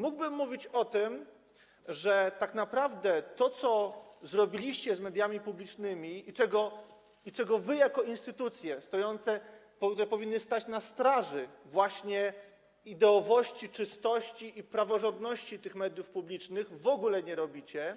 Mógłbym mówić o tym, że tak naprawdę - jeśli chodzi o to, co zrobiliście z mediami publicznymi i czego wy jako instytucje, które powinny stać na straży właśnie ideowości, czystości i praworządności mediów publicznych, w ogóle nie robicie -